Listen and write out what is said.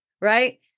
Right